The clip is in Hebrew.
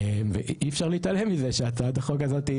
ואי אפשר להתעלם מזה שהצעת החוק הזאת היא